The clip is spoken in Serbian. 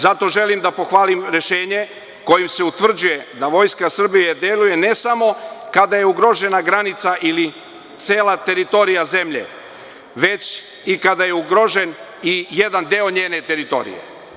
Zato želim da pohvalim rešenje kojim se utvrđuje da Vojska Srbije deluje ne samo kada je ugrožena granica ili cela teritorija zemlje, već kada je ugrožen i jedan deo njene teritorije.